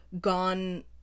gone